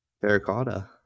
Terracotta